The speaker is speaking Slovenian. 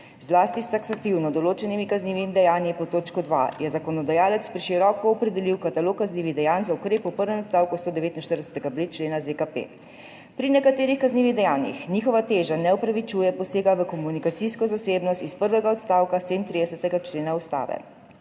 Zlasti s taksativno določenimi kaznivimi dejanji pod točko 2 je zakonodajalec preširoko opredelil katalog kaznivih dejanj za ukrep po prvem odstavku 149.b člena ZKP. Pri nekaterih kaznivih dejanjih njihova teža ne upravičuje posega v komunikacijsko zasebnost iz prvega odstavka 37. člena Ustave.